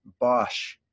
Bosch